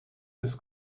his